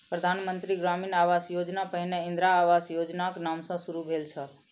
प्रधान मंत्री ग्रामीण आवास योजना पहिने इंदिरा आवास योजनाक नाम सॅ शुरू भेल छल